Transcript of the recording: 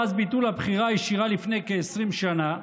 מאז ביטול הבחירה הישירה לפני כ-20 שנה,